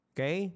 Okay